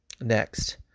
Next